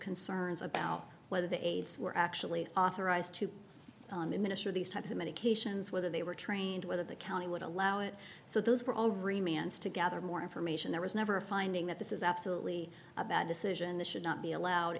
concerns about whether the aides were actually authorized to put on the minister these types of medications whether they were trained whether the county would allow it so those were all remains to gather more information there was never a finding that this is absolutely a bad decision that should not be allowed